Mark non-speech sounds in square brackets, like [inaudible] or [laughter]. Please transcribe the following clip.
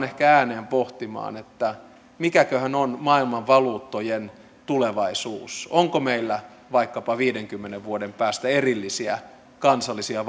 [unintelligible] ehkä ääneen pohtimaan että mikäköhän on maailman valuuttojen tulevaisuus onko meillä vaikkapa viidenkymmenen vuoden päästä erillisiä kansallisia [unintelligible]